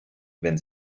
wenn